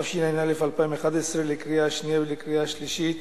התשע"א 2011, לקריאה שנייה ולקריאה שלישית.